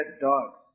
dogs